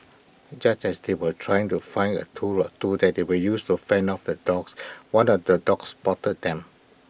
just as they were trying to find A tool or two that they would use to fend off the dogs one of the dogs spotted them